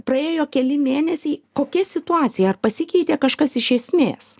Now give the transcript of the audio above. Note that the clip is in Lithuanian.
praėjo keli mėnesiai kokia situacija ar pasikeitė kažkas iš esmės